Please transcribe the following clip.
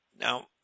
Now